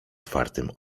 otwartym